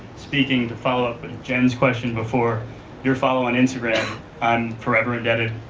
speaking to follow up with jen's question before your follow on instagram i'm forever indebted,